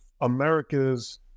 America's